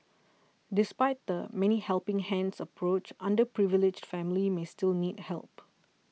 despite the many helping hands approach underprivileged families many still need help